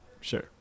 Sure